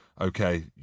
okay